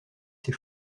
ses